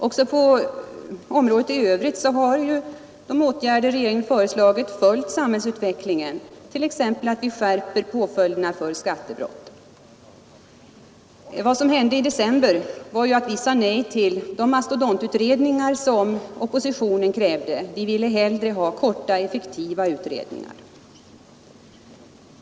Också på området i övrigt har de åtgärder som regeringen föreslagit följt samhällsutvecklingen, t.ex. när vi skärper påföljderna för skattebrott. Vad som hände i december var att vi sade nej till de mastodontutredningar som oppositionen krävde — vi ville hellre ha korta effektiva utredningar.